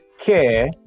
care